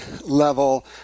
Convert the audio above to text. level